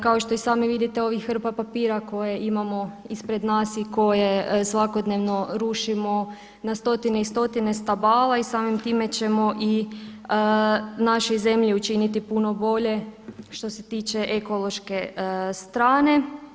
Kao što i sami vidite ovih hrpa papira koje imamo ispred nas i koje svakodnevno rušimo na stotine i stotine stabala i samim time ćemo i našoj zemlji učiniti puno bolje što se tiče ekološke strane.